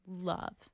Love